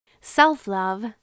Self-love